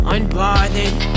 Unbothered